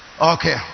Okay